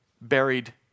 buried